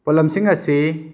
ꯄꯣꯠꯂꯝꯁꯤꯡ ꯑꯁꯤ